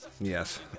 Yes